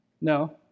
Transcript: No